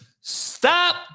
Stop